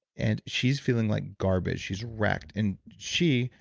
and she's feeling like garbage. she's wrecked and she,